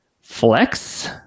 Flex